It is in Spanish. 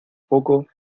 poco